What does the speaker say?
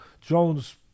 Jones